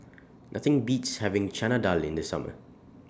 Nothing Beats having Chana Dal in The Summer